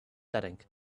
setting